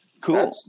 cool